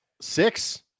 Six